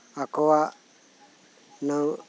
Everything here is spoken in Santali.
ᱟᱠᱩᱣᱟᱜ ᱤᱱᱟᱹ